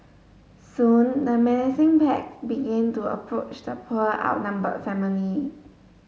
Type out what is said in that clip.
soon the menacing pack began to approach the poor outnumbered family